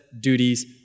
duties